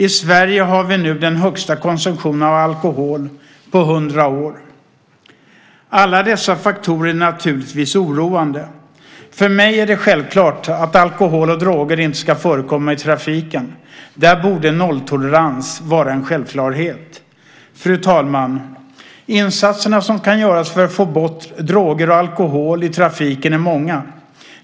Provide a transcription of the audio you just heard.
I Sverige har vi den högsta konsumtionen av alkohol på 100 år. Alla dessa faktorer är naturligtvis oroande. För mig är det självklart att alkohol och droger inte ska förekomma i trafiken. Där borde nolltolerans vara en självklarhet. Fru talman! De insatser som kan göras för att få bort droger och alkohol från trafiken är många.